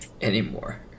anymore